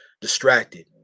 distracted